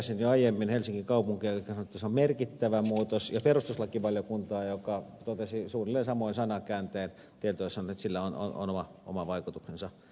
siteerasin jo aiemmin helsingin kaupunkia jonka mukaan se on merkittävä muutos ja perustuslakivaliokuntaa joka totesi suunnilleen samoin sanakääntein tietoisena siitä että sillä on oma vaikutuksensa